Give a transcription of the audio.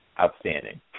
outstanding